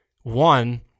One